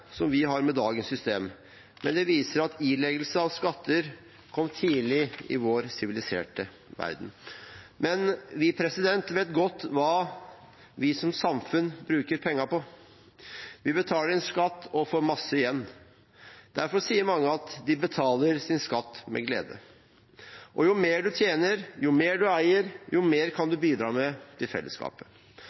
som vi har med dagens system. Det viser at ileggelse av skatter kom tidlig i vår siviliserte verden. Men vi vet godt hva vi som samfunn bruker pengene på. Vi betaler inn skatt og får masse igjen. Derfor sier mange at de betaler sin skatt med glede. Jo mer man tjener, og jo mer man eier, jo mer kan man bidra med til fellesskapet.